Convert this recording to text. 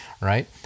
right